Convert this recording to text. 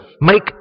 make